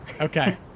Okay